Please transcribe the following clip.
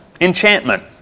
enchantment